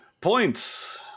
points